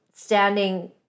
standing